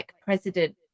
president